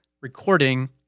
recording